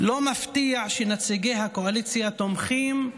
"לא מפתיע שנציגי הקואליציה תומכים בהדחה.